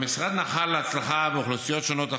המשרד נחל הצלחה עבור אוכלוסיות שונות.